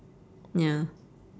ya